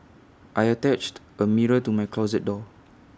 I attached A mirror to my closet door